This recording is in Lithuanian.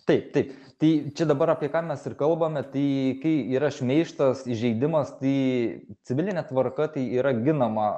taip taip tai čia dabar apie ką mes ir kalbame tai kai yra šmeižtas įžeidimas tai civiline tvarka tai yra ginama